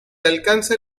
alcance